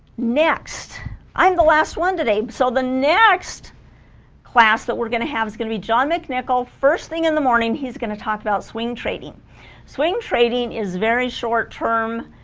next i'm the last one today so the next class that we're gonna have is going to be john mcnichol first thing in the morning he's going to talk about swing trading swing trading is very short term